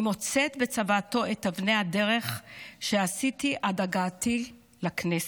אני מוצאת בצוואתו את אבני הדרך שעשיתי עד הגעתי לכנסת.